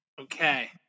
Okay